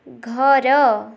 ଘର